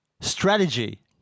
strategy